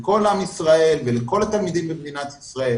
לכל עם ישראל ולכל התלמידים במדינת ישראל